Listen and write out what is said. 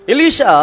Elisha